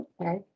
okay